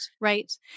Right